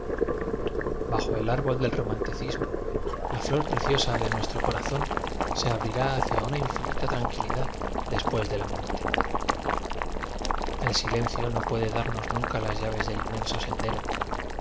jo el árbol del romanticismo la flor preciosa de nuestro corazón se abrirá hacia una infinita tranquilidad después de la muer te el silencio no puede darnos nunca las llaves del inmenso sendero